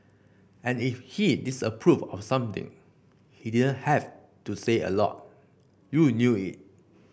and if he disapproved of something he didn't have to say a lot you knew it